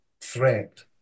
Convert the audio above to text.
threat